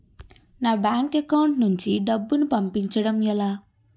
నా bank account నుంచి డబ్బును పంపించడం ఎలా?